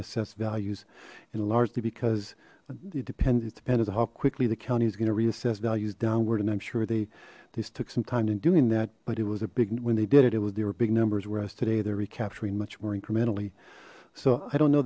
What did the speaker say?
assessed values and largely because it depends it depends on how quickly the county is going to reassess values downward and i'm sure they this took some time in doing that but it was a big when they did it it was they were big numbers whereas today they're recapturing much more incrementally so i don't know